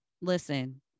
Listen